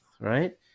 right